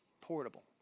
portable